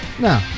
No